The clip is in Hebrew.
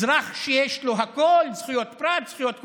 אזרח שיש לו הכול: זכויות פרט, זכויות קולקטיביות,